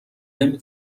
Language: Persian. نمی